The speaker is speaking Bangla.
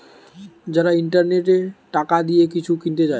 যারা ইন্টারনেটে টাকা দিয়ে কিছু কিনতে চায়